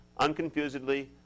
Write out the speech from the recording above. unconfusedly